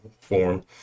form